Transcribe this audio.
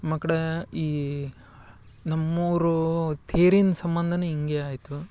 ಆಮೇಕಡೆ ಈ ನಮ್ಮ ಊರ ತೇರಿನ ಸಂಬಂಧನೇ ಹಿಂಗೆ ಆಯಿತು